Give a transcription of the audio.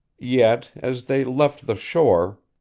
yet, as they left the shore,